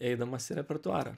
eidamas į repertuarą